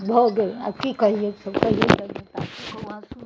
भऽ गेल आब कि कहिए से कहिऔ आब कहू आब कि